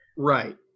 Right